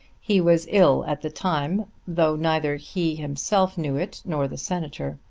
he was ill at the time though neither he himself knew it nor the senator.